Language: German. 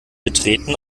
betreten